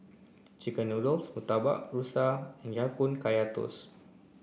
chicken noodles Murtabak Rusa and Ya Kun Kaya Toast